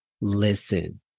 listen